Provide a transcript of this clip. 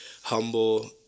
humble